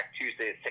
Tuesday